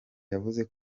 yavuze